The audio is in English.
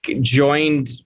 joined